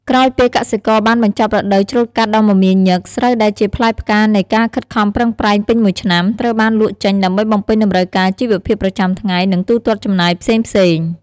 ក្រោយពេលកសិករបានបញ្ចប់រដូវច្រូតកាត់ដ៏មមាញឹក ស្រូវដែលជាផ្លែផ្កានៃការខិតខំប្រឹងប្រែងពេញមួយឆ្នាំ ត្រូវបានលក់ចេញដើម្បីបំពេញតម្រូវការជីវភាពប្រចាំថ្ងៃ និងទូទាត់ចំណាយផ្សេងៗ។